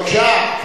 בבקשה.